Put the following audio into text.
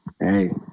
Hey